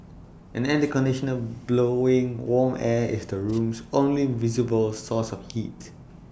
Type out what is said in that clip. an air conditioner blowing warm air was the room's only visible source of heat